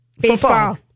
Baseball